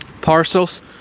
parcels